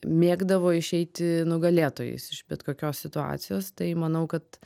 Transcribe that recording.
mėgdavo išeiti nugalėtojais iš bet kokios situacijos tai manau kad